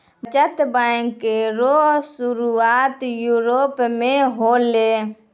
बचत बैंक रो सुरुआत यूरोप मे होलै